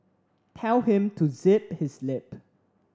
tell him to zip his lip